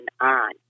on